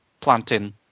planting